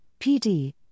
PD